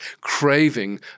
craving